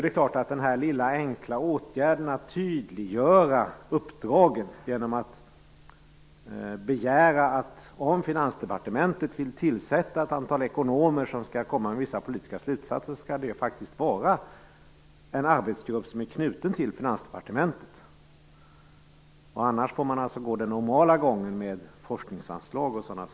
Det är en liten enkel åtgärd att tydliggöra uppdraget genom att begära att om Finansdepartementet vill tillsätta ett antal ekonomer som skall komma med vissa politiska slutsatser skall det faktiskt vara en arbetsgrupp som är knuten till departementet. Annars får man gå den normala gången, med forskningsanslag osv.